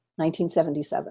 1977